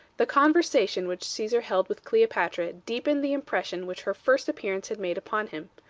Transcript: the conversation which caesar held with cleopatra deepened the impression which her first appearance had made upon him.